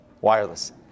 Wireless